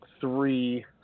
three